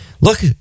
look